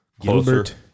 Gilbert